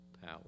power